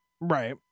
Right